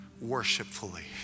worshipfully